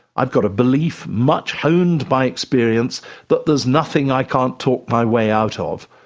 i've got a belief much honed by experience that there's nothing i can't talk my way out ah of.